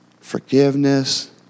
forgiveness